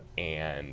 and